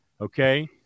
okay